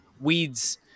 weed's